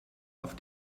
auf